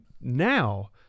now